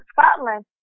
Scotland